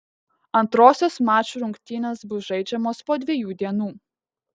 antrosios mačų rungtynės bus žaidžiamos po dviejų dienų